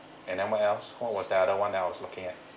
and then what else what was that other one that I was looking at